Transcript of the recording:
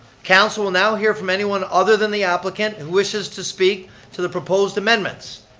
council will now hear from anyone other than the applicant who wishes to speak to the proposed amendments.